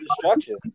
destruction